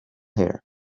air